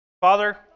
Father